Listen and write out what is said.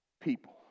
people